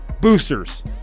Boosters